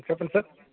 చెప్పండి సార్